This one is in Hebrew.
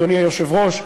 אדוני היושב-ראש,